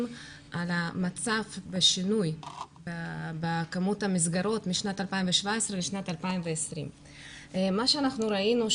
על המצב והשינוי בכמות המסגרות משנת 2017 לשנת 2020. מה שאנחנו ראינו,